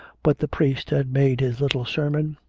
but the priest had made his little sermon,